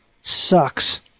Sucks